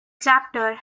chapter